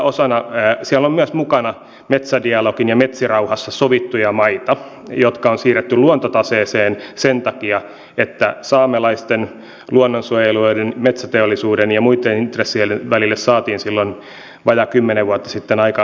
siellä on myös mukana metsädialogissa ja metsärauhassa sovittuja maita jotka on siirretty luontotaseeseen sen takia että saamelaisten luonnonsuojelijoiden metsäteollisuuden ja muitten intressien välille saatiin silloin vajaa kymmenen vuotta sitten aikaan lapissa metsärauha